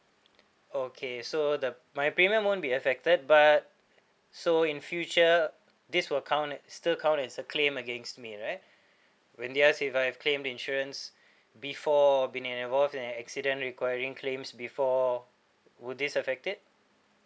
okay so the my premium won't be affected but so in future this will count still count as a claim against me right when they ask if I have claimed insurance before been an involved in an accident requiring claims before will this affect it